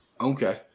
Okay